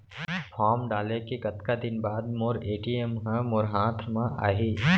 Form डाले के कतका दिन बाद मोर ए.टी.एम ह मोर हाथ म आही?